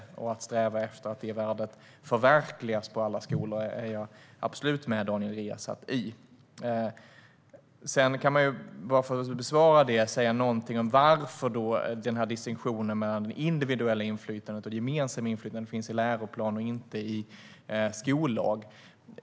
Att man ska sträva efter att det värdet förverkligas på alla skolor håller jag absolut med Daniel Riazat om. Låt mig säga något om varför distinktionen mellan det individuella inflytandet och det gemensamma inflytandet finns i läroplan och inte i skollag.